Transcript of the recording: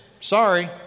Sorry